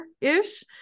ish